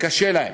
וקשה להם,